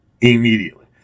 immediately